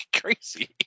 crazy